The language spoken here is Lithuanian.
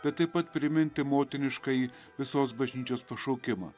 bet taip pat priminti motiniškąjį visos bažnyčios pašaukimą